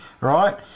right